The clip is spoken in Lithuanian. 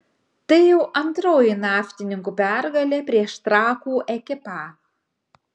tai jau antroji naftininkų pergalė prieš trakų ekipą